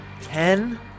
Ten